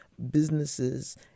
businesses